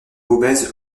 obèse